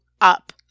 up